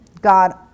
God